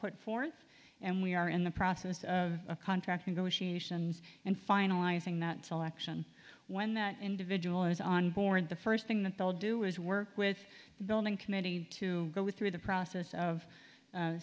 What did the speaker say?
put forth and we are in the process of contract negotiations and finalizing the selection when that individual is on board the first thing that they'll do is work with the building committee to go through the process of